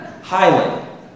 Highly